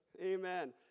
Amen